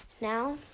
Now